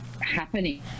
happening